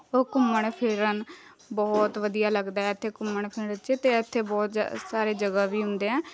ਉਹ ਘੁੰਮਣ ਫਿਰਨ ਬਹੁਤ ਵਧੀਆ ਲੱਗਦਾ ਹੈ ਇੱਥੇ ਘੁੰਮਣ ਫਿਰਨ 'ਚ ਅਤੇ ਇੱਥੇ ਬਹੁਤ ਜ਼ਿਆ ਸਾਰੇ ਜਗ੍ਹਾ ਵੀ ਹੁੰਦੇ ਹੈ